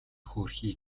хөөрхий